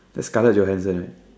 that's Scarlett-Johanson right